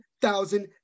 thousand